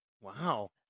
Wow